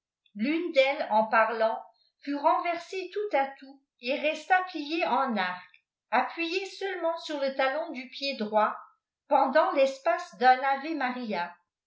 l'une d'elles en parlant j fut renversée tout à tout et resta jptiée en arc appuyée seulement siir le talon du pied droit pendant tespace d'un ave maria